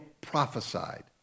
prophesied